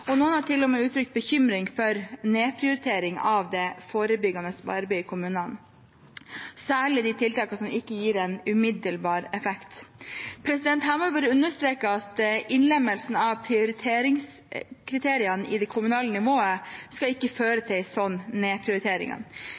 Noen har til og med uttrykt bekymring for nedprioritering av det forebyggende arbeidet i kommunene, særlig de tiltakene som ikke gir en umiddelbar effekt. Her må jeg bare understreke at innlemmelse av prioriteringskriteriene i det kommunale nivået ikke skal føre til